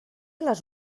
les